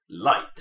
light